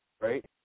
right